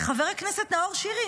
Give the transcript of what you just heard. חבר הכנסת נאור שירי,